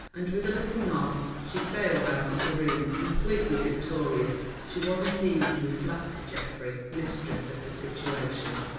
and with a little nod she sailed out of the room, completely victorious. she was indeed, reflected geoffrey, mistress of the situation.